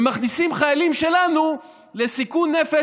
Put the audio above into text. ומכניסים חיילים שלנו לסיכון נפש,